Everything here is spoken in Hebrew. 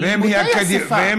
לימודי השפה, גם בצפון.